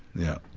yeah,